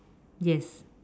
yes